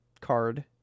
card